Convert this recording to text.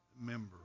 member